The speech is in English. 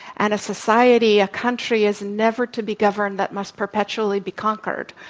and a society, a country is never to be governed that must perpetually be conquered.